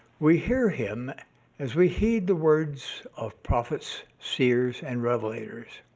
we hear him as we heed the words of prophets, seers, and revelators.